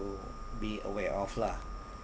be aware of lah